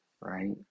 right